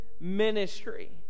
ministry